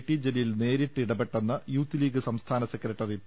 T Jaleel നേരിട്ട് ഇടപെട്ടെന്ന് youth league സംസ്ഥാന സെക്രട്ടറി പി